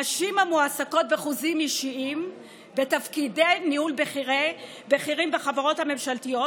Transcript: נשים המועסקות בחוזים אישיים בתפקידי ניהול בכירים בחברות הממשלתיות